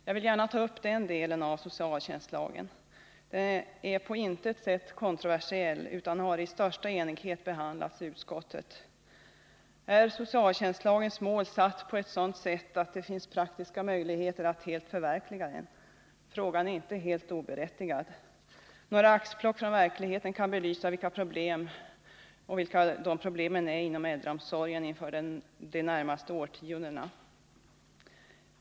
Jag vill gärna ta upp den delen av socialtjänstlagen. Den är på intet sätt kontroversiell, utan har i största enighet behandlats i utskottet. Är socialtjänstlagens mål satt på ett sådant sätt att det finns praktiska möjligheter att helt förverkliga den? Frågan är inte oberättigad. Några axplock från verkligheten kan belysa vilka problemen är inom äldreomsorgen de närmaste årtiondena.